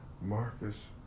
Marcus